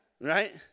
right